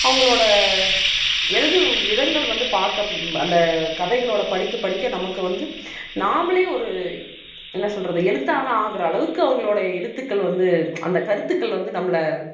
அவங்களோட எழுதும் விதங்கள் வந்து பாக் அந்த கதைகளோடு படிக்க படிக்க நமக்கு வந்து நாமளே ஒரு என்ன சொல்வது எழுத்தாளர் ஆகிற அளவுக்கு அவங்களோட எழுத்துக்கள் வந்து அந்த கருத்துக்கள் வந்து நம்மளை